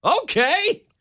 okay